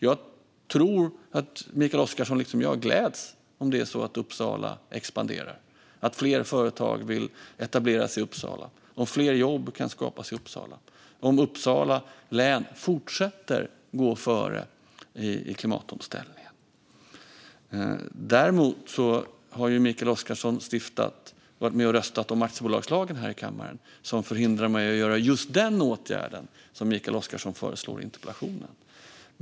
Jag tror att Mikael Oscarsson liksom jag gläds om Uppsala expanderar, om fler företag vill etablera sig i Uppsala, om fler jobb kan skapas i Uppsala och om Uppsala län fortsätter att gå före i klimatomställningen. Däremot har ju Mikael Oscarsson varit med och röstat om aktiebolagslagen här i kammaren, som förhindrar mig att vidta just den åtgärd som Mikael Oscarsson föreslår i interpellationen.